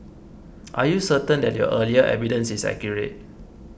are you certain that your earlier evidence is accurate